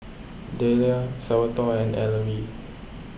Dahlia Salvatore and Ellery